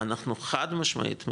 אנחנו חד משמעית,